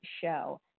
show